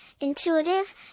intuitive